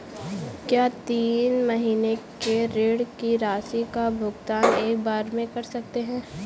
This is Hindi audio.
क्या तीन महीने के ऋण की राशि का भुगतान एक बार में कर सकते हैं?